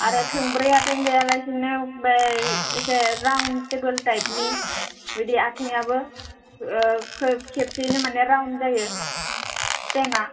आरो थोंब्रै आथें गैयालासिनो बै एसे राउन्ड टेबोल टाइप नि बिदि आथिंआबो खेबसेयैनो माने राउन्ड जायो सिसटेमा